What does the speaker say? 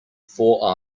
four